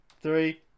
Three